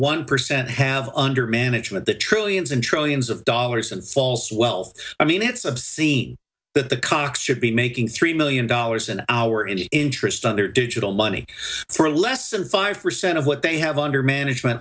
one percent have under management the trillions and trillions of dollars and false wealth i mean it's obscene that the cox should be making three million dollars an hour any interest on their digital money for less than five percent of what they have under management